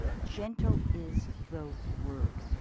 gentle is the word.